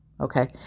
Okay